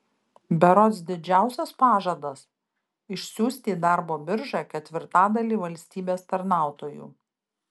berods didžiausias pažadas išsiųsti į darbo biržą ketvirtadalį valstybės tarnautojų